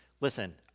listen